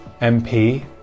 MP